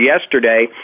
yesterday